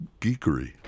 geekery